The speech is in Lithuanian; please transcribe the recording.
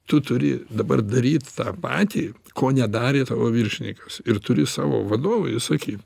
tu turi dabar daryt tą patį ko nedarė tavo viršininkas ir turi savo vadovui sakyt